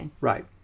Right